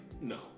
No